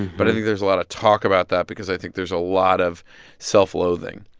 but i think there's a lot of talk about that because i think there's a lot of self-loathing.